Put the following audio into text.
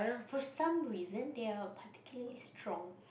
first time reason they are particularly strong